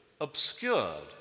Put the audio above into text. obscured